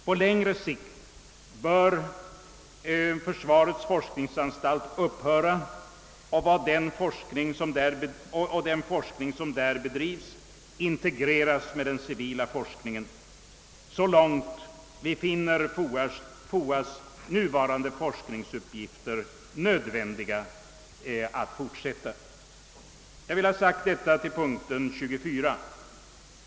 På längre sikt bör försvarets forskningsanstalt upphöra och den forskning som där bedrives integreras med den civila forskningen, så långt vi finner FOA:s nuvarande forskningsuppgifter nödvändiga «att fortsätta. Jag vill ha detta sagt till punkten 24.